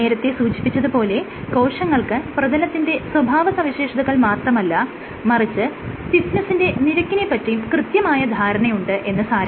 നേരത്തെ സൂചിപ്പിച്ചത് പോലെ കോശങ്ങൾക്ക് പ്രതലത്തിന്റെ സ്വഭാവ സവിശേഷതകൾ മാത്രമല്ല മറിച്ച് സ്റ്റിഫ്നെസ്സിന്റെ നിരക്കിനെ പറ്റിയും കൃത്യമായ ധാരണയുണ്ട് എന്ന് സാരം